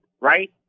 right